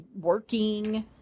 working